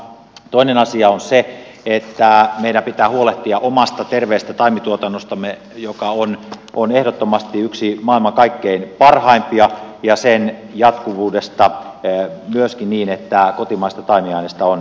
toinen asia on se että meidän pitää huolehtia omasta terveestä taimituotannostamme joka on ehdottomasti yksi maailman kaikkein parhaimpia ja sen jatkuvuudesta myöskin niin että kotimaista taimiainesta on saatavilla